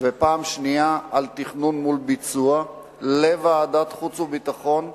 ופעם שנייה על תכנון מול ביצוע לוועדת החוץ והביטחון,